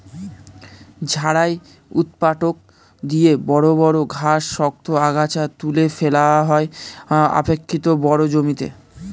ঝাড়াই ঊৎপাটক দিয়ে বড় বড় ঘাস, শক্ত আগাছা তুলে ফেলা হয় অপেক্ষকৃত বড় জমিতে